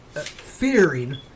fearing